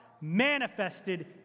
manifested